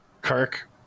Kirk